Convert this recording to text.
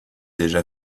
déjà